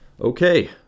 Okay